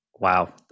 Wow